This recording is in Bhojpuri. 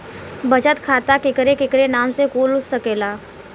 बचत खाता केकरे केकरे नाम से कुल सकेला